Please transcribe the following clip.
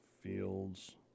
Fields